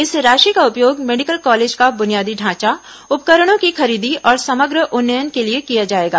इस राशि का उपयोग मेडिकल कॉलेज का बुनियादी ढांचा उपकरणों की खरीदी और समग्र उन्नयन के लिए किया जाएगा